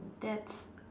that's